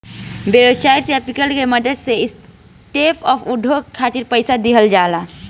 venture capital के मदद से स्टार्टअप उद्योग खातिर पईसा दिहल जाला